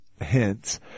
hints